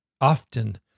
often